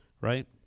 Right